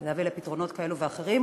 להביא לפתרונות כאלו ואחרים,